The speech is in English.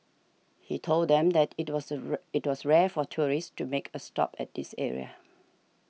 he told them that it was it was rare for tourists to make a stop at this area